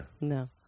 No